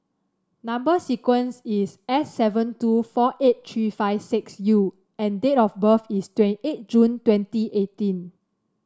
number sequence is S seven two four eight three five six U and date of birth is twenty eight June twenty eighteen